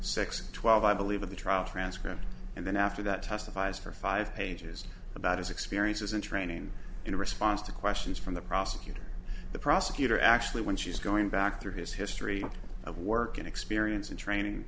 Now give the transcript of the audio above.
six twelve i believe of the trial transcript and then after that testifies for five pages about his experiences in training in response to questions from the prosecutor the prosecutor actually when she's going back through his history of work and experience in training